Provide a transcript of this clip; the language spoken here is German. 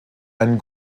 einen